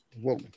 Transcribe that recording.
Whoa